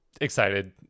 excited